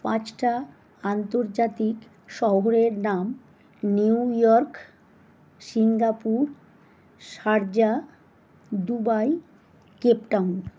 পাঁচটা আন্তর্জাতিক শহরের নাম New York Singapore Sharjah Dubai Cape town